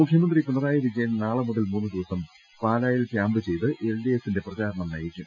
മുഖ്യമന്ത്രി പിണറായി വിജയൻ നാളെ മുതൽ മൂന്നുദിവസം പാലായിൽ ക്യാമ്പു ചെയ്ത് എൽഡിഎഫിന്റെ പ്രചരണം നയിക്കും